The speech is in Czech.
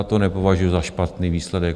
To nepovažuju za špatný výsledek.